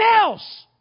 else